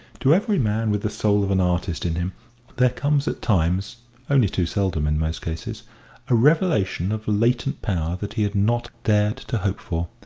to every man with the soul of an artist in him there comes at times only too seldom in most cases a revelation of latent power that he had not dared to hope for.